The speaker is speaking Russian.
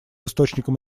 источником